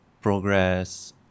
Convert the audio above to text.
progress